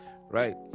right